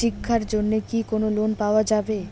শিক্ষার জন্যে কি কোনো লোন পাওয়া যাবে?